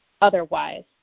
otherwise